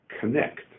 connect